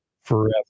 forever